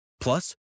Plus